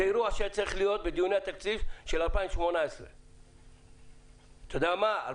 זה אירוע שהיה צריך להיות בדיוני התקציב של 2018. אתה יודע מה?